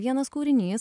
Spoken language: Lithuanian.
vienas kūrinys